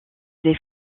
des